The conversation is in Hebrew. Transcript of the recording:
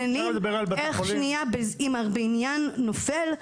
איך שנייה אם הבניין נופל,